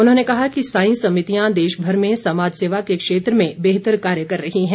उन्होंने कहा कि साईं समितियां देशभर में समाज सेवा के क्षेत्र में बेहतर कार्य कर रही है